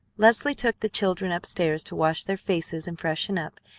leslie took the children up-stairs to wash their faces and freshen up,